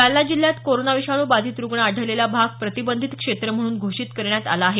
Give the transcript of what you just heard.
जालना जिल्ह्यात कोरोना विषाणू बाधित रुग्ण आढळलेला भाग प्रतिबंधित क्षेत्र म्हणून घोषित करण्यात आला आहे